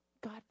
God